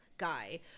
guy